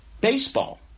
baseball